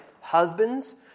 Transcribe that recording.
husbands